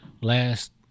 last